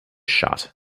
shot